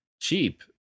cheap